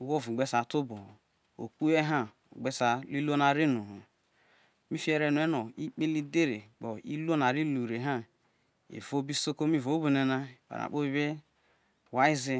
ugho oro gbe sai te oboho okuhoye gbe sai he iru o na re rue no ikpele edhere gbo iluo no a ri lu re ha ha avo obi isokomi ro obo ne̱ na eware na kpobi be wae ze